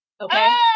Okay